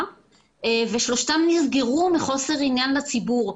ושלושתם נסגרו מחוסר עניין לציבור.